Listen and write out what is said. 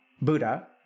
Buddha